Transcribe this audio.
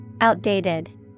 Outdated